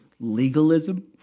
Legalism